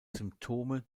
symptome